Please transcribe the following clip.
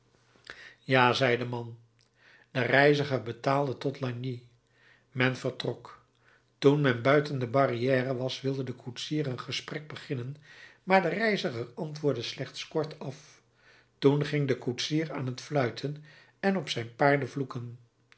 ja zei de man de reiziger betaalde tot lagny men vertrok toen men buiten de barrière was wilde de koetsier een gesprek beginnen maar de reiziger antwoordde slechts kortaf toen ging de koetsier aan t fluiten en op zijn